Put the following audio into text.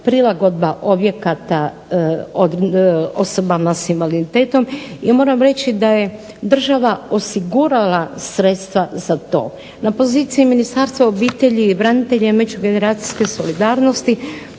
prilagodba objekata osobama sa invaliditetom i moram reći da je država osigurala sredstva za to. Na poziciji Ministarstva obitelji, branitelja i međugeneracijske solidarnosti